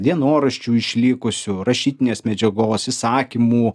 dienoraščių išlikusių rašytinės medžiagos įsakymų